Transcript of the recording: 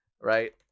right